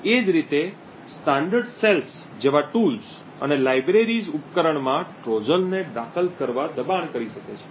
એ જ રીતે માનક કોષો જેવા સાધનો અને લાઇબ્રેરીઝ ઉપકરણમાં ટ્રોજનને દાખલ કરવા દબાણ કરી શકે છે